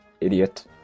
Idiot